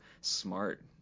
smart